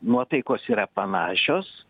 nuotaikos yra panašios